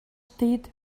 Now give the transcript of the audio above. steht